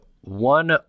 one